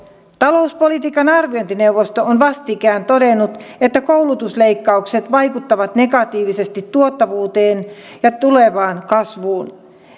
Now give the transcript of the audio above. talouspolitiikan arviointineuvosto on vastikään todennut että koulutusleikkaukset vaikuttavat negatiivisesti tuottavuuteen ja tulevaan kasvuun